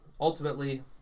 ultimately